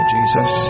Jesus